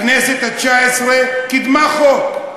הכנסת התשע-עשרה, קידמה חוק.